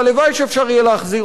והלוואי שיהיה אפשר להחזיר.